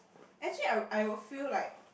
actually I would I would feel like